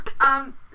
Um-